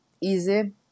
easy